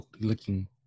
looking